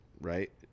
right